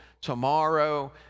tomorrow